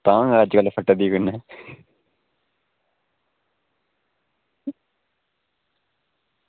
तां गै अज्जकल फट्टा दी कन्नै